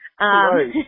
Right